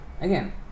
again